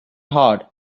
hard